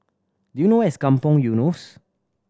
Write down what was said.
do you know where is Kampong Eunos